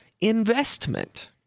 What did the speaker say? investment